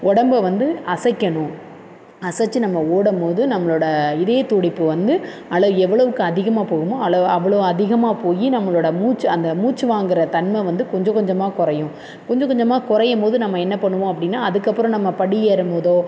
உடம்ப வந்து அசைக்கணும் அசச்சு நம்ம ஓடும் ப் போது நம்மளோடய இதய துடிப்பு வந்து அல எவ்வளோவுக்கு அதிகமாக போகுமோ அவ்ளோ அவ்வளோ அதிகமாக போய் நம்மளோடய மூச் அந்த மூச்சு வாங்குற தன்மை வந்து கொஞ்சம் கொஞ்சமாக குறையும் கொஞ்சம் கொஞ்சமாக குறையும் போது நம்ம என்ன பண்ணுவோம் அப்படின்னா அதுக்கப்புறோம் நம்ம படி ஏறும் போதோ